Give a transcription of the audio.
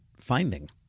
finding